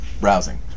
browsing